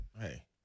hey